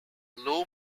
low